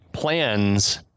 Plans